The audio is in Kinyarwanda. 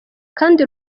kandi